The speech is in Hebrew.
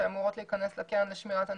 שאמורים להיכנס לקרן לשמירת הניקיון.